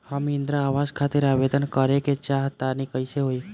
हम इंद्रा आवास खातिर आवेदन करे क चाहऽ तनि कइसे होई?